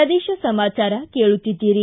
ಪ್ರದೇಶ ಸಮಾಚಾರ ಕೇಳುತ್ತೀದ್ದಿರಿ